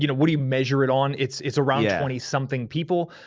you know what do you measure it on? it's it's around yeah twenty something people.